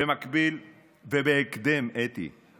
ובהקדם, אתי.